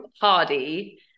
hardy